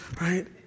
right